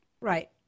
Right